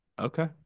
Okay